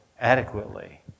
adequately